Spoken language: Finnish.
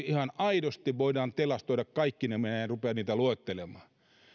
ihan aidosti näin voidaan tilastoida kaikki minä en rupea niitä luettelemaan